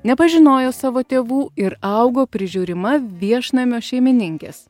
nepažinojo savo tėvų ir augo prižiūrima viešnamio šeimininkės